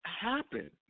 happen